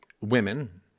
women